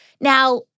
Now